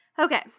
okay